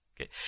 Okay